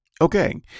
Okay